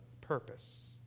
purpose